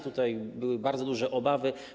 Tutaj były bardzo duże obawy.